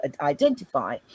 identify